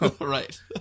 Right